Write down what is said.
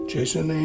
Jason